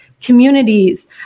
communities